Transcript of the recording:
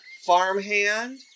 farmhand